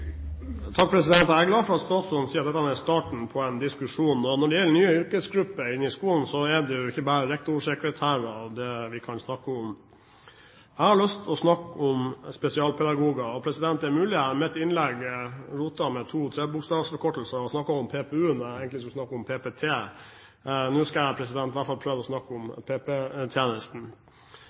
starten på en diskusjon. Når det gjelder nye yrkesgrupper i skolen, er det ikke bare rektorer og sekretærer vi kan snakke om. Jeg har lyst til å snakke om spesialpedagoger. Det er mulig at jeg i innlegget mitt rotet med to–tre bokstavforkortelser og snakket om PPU når jeg egentlig skulle snakke om PPT. Nå skal jeg i hvert fall prøve å snakke om